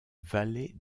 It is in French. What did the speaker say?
vallée